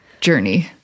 journey